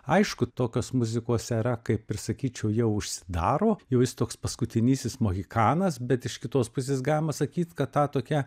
aišku tokios muzikos era kaip ir sakyčiau jau užsidaro jau jis toks paskutinysis mohikanas bet iš kitos pusės galima sakyt kad tą tokią